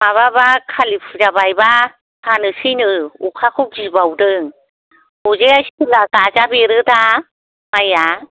माबाब्ला खालि फुजा बायब्ला हानोसैनो अखाखौ गिबावदों बजाया सिला गाजा बेरोदा माइआ